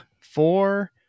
Four